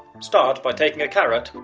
start by taking a carrot,